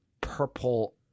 purple